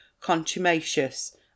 contumacious